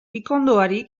pikondoari